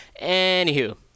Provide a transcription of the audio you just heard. Anywho